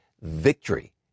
victory